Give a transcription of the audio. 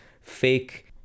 fake